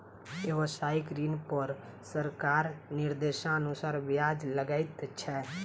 व्यवसायिक ऋण पर सरकारक निर्देशानुसार ब्याज लगैत छै